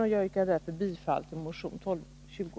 Jag yrkar därför bifall till motion 1220.